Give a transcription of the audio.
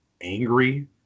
angry